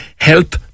help